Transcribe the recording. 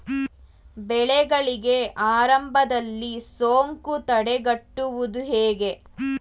ಬೆಳೆಗಳಿಗೆ ಆರಂಭದಲ್ಲಿ ಸೋಂಕು ತಡೆಗಟ್ಟುವುದು ಹೇಗೆ?